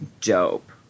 dope